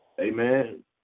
Amen